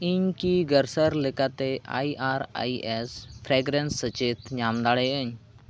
ᱤᱧ ᱠᱤ ᱜᱟᱨᱥᱟᱨ ᱞᱮᱠᱟᱛᱮ I R I S fragrance ᱥᱟᱪᱮᱛ ᱧᱟᱢ ᱫᱟᱲᱮᱭᱟᱜᱼᱟᱹᱧ